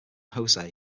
jose